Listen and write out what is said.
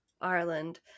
Ireland